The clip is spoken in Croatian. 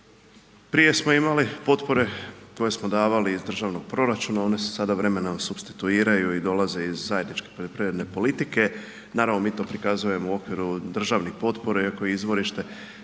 Prije smo imali potpore koje smo davali iz državnog proračuna, one su sada vremenom supstituiraju i dolaze iz zajedničke poljoprivredne politike. Naravno, mi to prikazujemo u okviru državne potpore, iako joj je